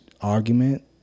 argument